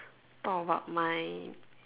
all about my